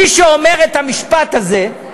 מי שאומר את המשפט הזה,